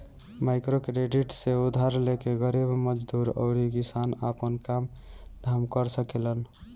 microcredit से उधार लेके गरीब मजदूर अउरी किसान आपन काम धाम कर सकेलन